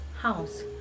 house